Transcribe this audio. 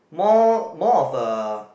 more more of a